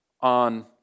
on